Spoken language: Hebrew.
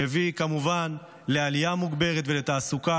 שהביאו כמובן לעלייה מוגברת ולתעסוקה